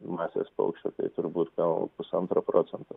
masės paukščio tai turbūt gal pusantro procento